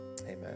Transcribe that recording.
Amen